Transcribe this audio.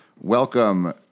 Welcome